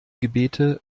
gebete